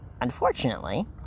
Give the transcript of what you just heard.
unfortunately